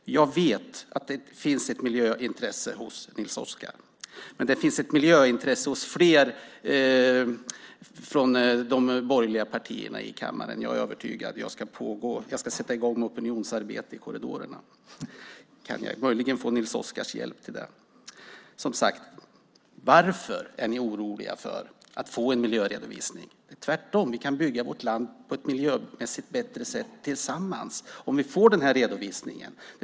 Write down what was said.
Jag vet att det finns ett miljöintresse hos Nils Oskar. Men det finns ett miljöintresse hos flera av de borgerliga partierna i kammaren. Jag är övertygad om det. Jag ska sätta i gång ett opinionsarbete i korridorerna. Kan jag möjligen få Nils Oskars hjälp till det? Varför är ni oroliga för att få en miljöredovisning? Tvärtom kan vi tillsammans bygga vårt land på ett miljömässigt bättre sätt om vi får redovisningen.